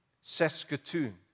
Saskatoon